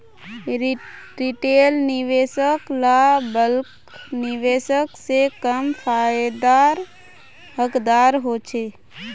retail निवेशक ला bulk निवेशक से कम फायेदार हकदार होछे